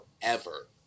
forever